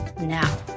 now